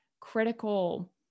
critical